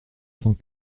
cent